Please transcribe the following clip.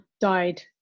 died